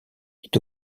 est